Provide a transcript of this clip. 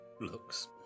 Looks